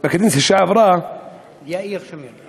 בכנסת שעברה, יאיר שמיר.